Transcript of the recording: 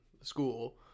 school